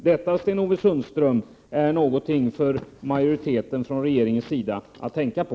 Detta, Sten-Ove Sundström, är någonting för utskottsmajoriteten och för regeringen att tänka på.